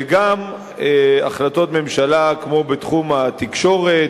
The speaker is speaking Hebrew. וגם החלטות ממשלה כמו בתחום התקשורת,